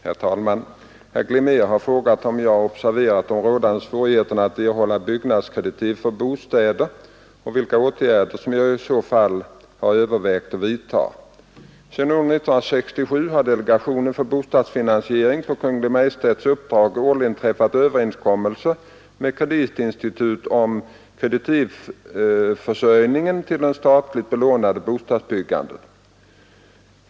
Herr talman! Herr Glimnér har frågat mig om jag har observerat de rådande svårigheterna att erhålla byggnadskreditiv för bostäder och vilka åtgärder som jag i så fall har övervägt att vidta. Sedan år 1967 har delegationen för bostadsfinansiering på Kungl. Maj:ts uppdrag årligen träffat överenskommelse med kreditinstituten om kreditivförsörjningen till det statligt belånade bostadsbyggandet.